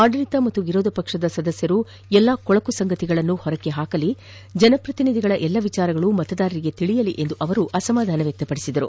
ಆಡಳಿತ ಮತ್ತು ವಿರೋಧ ಪಕ್ಷದ ಸದಸ್ಯರು ಎಲ್ಲ ಕೊಳಕು ಸಂಗತಿಗಳನ್ನು ಹೊರ ಹಾಕಲಿ ಜನ ಪ್ರತಿನಿಧಿಗಳ ಎಲ್ಲ ವಿಚಾರಗಳು ಮತದಾರರಿಗೆ ತಿಳಿಯಲಿ ಎಂದು ಅಸಮಾದಾನ ವ್ಯಕ್ತಪದಿಸಿದರು